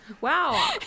Wow